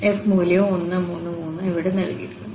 f മൂല്യവും 1 3 3 ഇവിടെ നൽകിയിരിക്കുന്നു